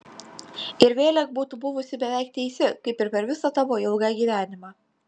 ir vėlek būtų buvusi beveik teisi kaip ir per visą savo ilgą gyvenimą